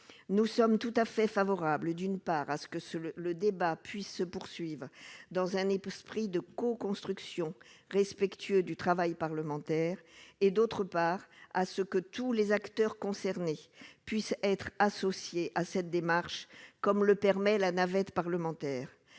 nous sommes tout à fait favorable d'une part à ce que ce que le débat puisse se poursuivent dans un époux esprit de co-construction respectueux du travail parlementaire et, d'autre part à ce que tous les acteurs concernés puissent être associés à cette démarche, comme le permet la navette parlementaire